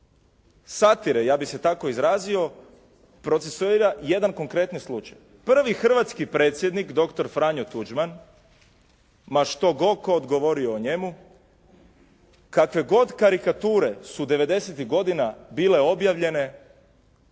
satira, ja bih se tako izrazio, procesuira jedan konkretni slučaj. Prvi hrvatski predsjednik, doktor Franjo Tuđman, ma što tko god govorio o njemu, kakve god karikature su '90.-tih godina bile objavljene